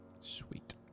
Sweet